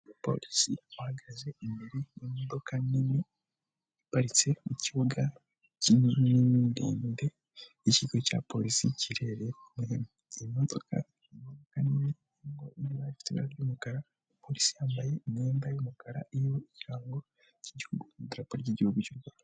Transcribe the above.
umupolisi ahahagaze imbere yimodoka nini iparitse mu kibuga kinini ndende yikigo cya polisi' kirere imodokabwa nini ifite ryumukara polisi yambaye imyenda yumukarayrango cyigihugu i itapa ryigihugu cyuu rwanda